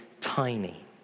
tiny